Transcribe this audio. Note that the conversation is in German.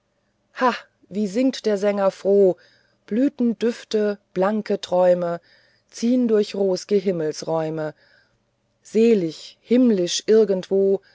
wie singt der sänger froh blütendüfte blanke träume ziehn durch ros'ge himmelsräume selig himmlisch irgendwo